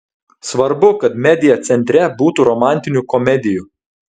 svarbu kad media centre būtų romantinių komedijų